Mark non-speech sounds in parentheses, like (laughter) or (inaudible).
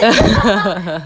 (laughs)